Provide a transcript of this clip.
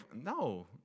No